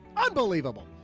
unbelievable.